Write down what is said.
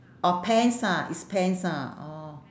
orh pants ah it's pants ah orh